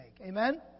Amen